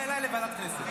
אליי לוועדת הכנסת.